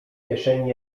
kieszeni